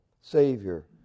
Savior